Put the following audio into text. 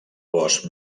bosc